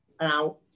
Now